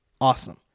Awesome